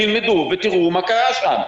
תלמדו ותראו מה קרה שם.